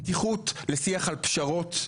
פתיחות לשיח על פשרות.